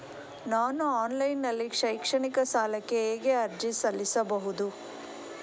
ನಾನು ಆನ್ಲೈನ್ ನಲ್ಲಿ ಶೈಕ್ಷಣಿಕ ಸಾಲಕ್ಕೆ ಹೇಗೆ ಅರ್ಜಿ ಸಲ್ಲಿಸಬಹುದು?